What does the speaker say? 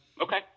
okay